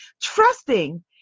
trusting